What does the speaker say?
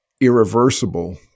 Irreversible